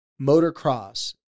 Motocross